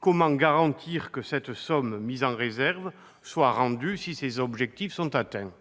comment garantir que cette somme mise en réserve soit rendue si les objectifs sont atteints ?